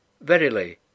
Verily